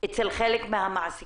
אצל חלק מהמעסיקים.